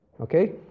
Okay